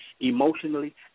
emotionally